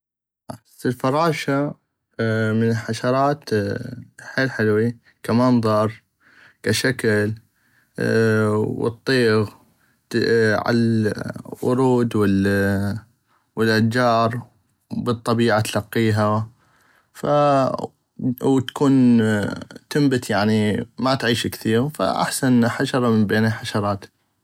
احس الفراشة من الحشرات الحيل حلوي كامنظر كاشكل واطيغ على الورود والاشجار بل الطبيعة تلقيها ف وتكون تنبت ما تعيش كثيغ فاحسن حشرة من بين الحشرات.